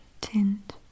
tint